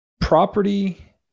property